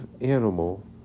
animal